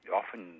often